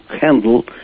handle